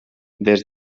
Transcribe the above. des